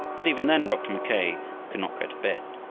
but even then dr. mackay could not go to bed.